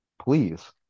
please